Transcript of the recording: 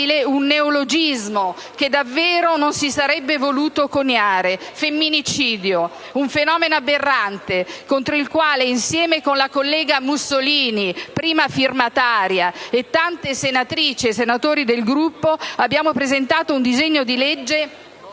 Un fenomeno aberrante contro il quale, insieme con la collega Mussolini, prima firmataria, e tante senatrici e senatori del Gruppo, abbiamo presentato un disegno di legge